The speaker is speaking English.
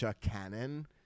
canon